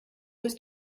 ist